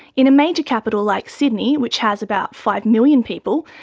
in a major capital like sydney which has about five million people,